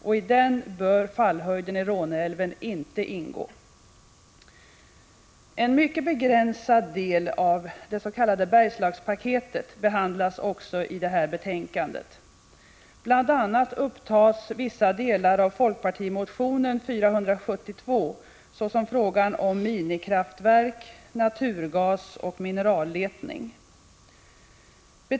I denna bör fallhöjden i Råneälven inte ingå. Också en mycket begränsad del av det s.k. Bergslagspaketet behandlas i detta betänkande. Bl.a. upptas vissa delar av folkpartimotionen 472, nämligen de som behandlar frågan om minikraftverk, naturgas och mineralletning.